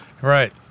Right